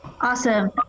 Awesome